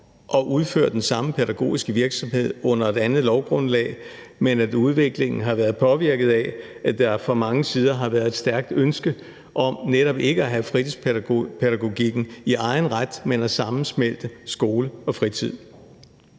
at udføre den samme pædagogiske virksomhed under et andet lovgrundlag, men udviklingen har været påvirket af, at der fra mange sider har været et stærkt ønske om netop ikke at have fritidspædagogikken i egen ret, men at sammensmelte skole og fritid.